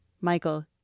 Michael